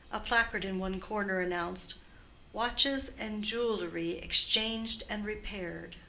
a placard in one corner announced watches and jewelry exchanged and repaired.